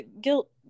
guilt